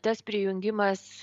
tas prijungimas